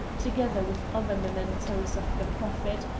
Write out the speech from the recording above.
together with other mementoes of the prophet,